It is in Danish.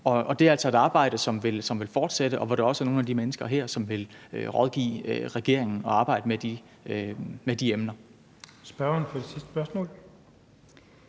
og det er altså et arbejde, som vil fortsætte, og hvor der også er nogle af de mennesker her, som vil rådgive regeringen og arbejde med de emner. Kl. 13:45 Den fg. formand